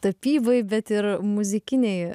tapybai bet ir muzikiniai